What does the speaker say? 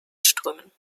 strömen